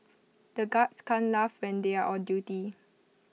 the guards can't laugh when they are on duty